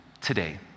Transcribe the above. today